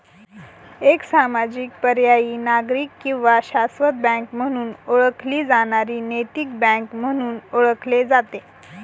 एक सामाजिक पर्यायी नागरिक किंवा शाश्वत बँक म्हणून ओळखली जाणारी नैतिक बँक म्हणून ओळखले जाते